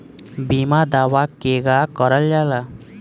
बीमा दावा केगा करल जाला?